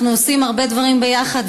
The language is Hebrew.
אנחנו עושים הרבה דברים ביחד.